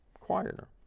quieter